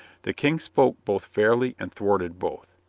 the king spoke both fairly and thwarted both.